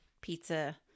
pizza